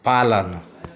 पालन